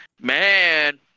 man